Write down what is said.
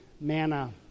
manna